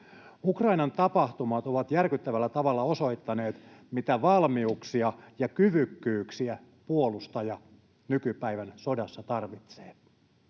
Ukrainan tapahtumat ovat järkyttävällä tavalla osoittaneet, mitä valmiuksia ja kyvykkyyksiä puolustaja nykypäivän sodassa tarvitsee.